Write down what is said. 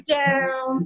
down